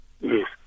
Yes